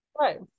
Right